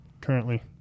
currently